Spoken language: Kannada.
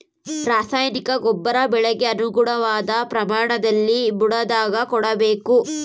ರಾಸಾಯನಿಕ ಗೊಬ್ಬರ ಬೆಳೆಗೆ ಅನುಗುಣವಾದ ಪ್ರಮಾಣದಲ್ಲಿ ಬುಡದಾಗ ಕೊಡಬೇಕು